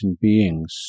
beings